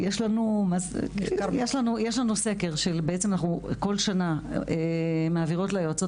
יש לנו סקר שאנחנו כל שנה מעבירות ליועצות